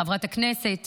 חברת הכנסת